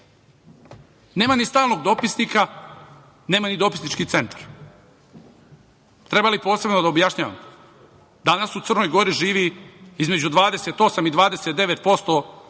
Nema ni stalnog dopisnika, nema ni dopisnički centar. Treba li posebno da objašnjavam da danas u Crnoj Gori živi između 28 i 29%